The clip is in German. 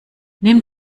nimm